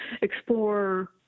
explore